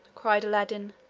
cried aladdin,